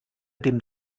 dem